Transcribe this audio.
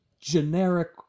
generic